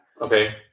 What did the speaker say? Okay